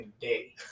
day